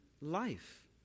life